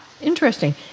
interesting